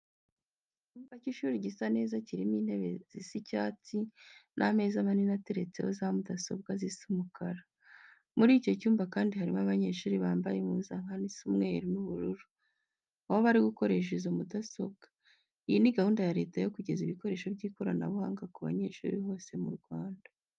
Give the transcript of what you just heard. Icyumba cy'ishuri gisa neza, kirimo intebe zisa icyatsi n'ameza manini ateretseho za mudasobwa zisa umukara. Muri icyo cyumba kandi harimo abanyeshuri bambaye impuzankano isa umweru n'ubururu, aho bari gukoresha izo mudasobwa. Iyi ni gahunda ya Leta yo kugeza ibikoresho by'ikoranabuhanga ku banyeshuri hose mu Rwanda.